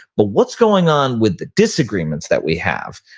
but what's going on with the disagreements that we have?